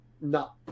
no